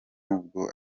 ubwo